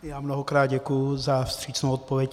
Já mnohokrát děkuji za vstřícnou odpověď.